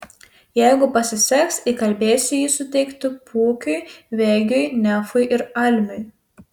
jeigu pasiseks įkalbėsiu jį suteikti pukiui vegiui nefui ir almiui